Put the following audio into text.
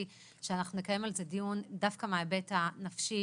שאנחנו נקיים על זה דיון דווקא מההיבט הנפשי,